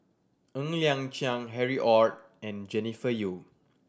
Ng Liang Chiang Harry Ord and Jennifer Yeo